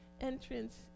entrance